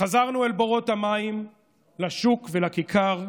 "חזרנו אל בורות המים, לשוק ולכיכר.